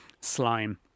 slime